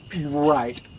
Right